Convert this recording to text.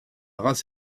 race